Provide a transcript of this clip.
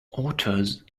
otters